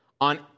On